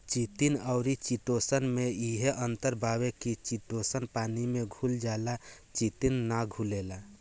chitin अउरी chitosan में इहे अंतर बावे की चिटोसन पानी में घुल जाला चिटिन ना घुलेला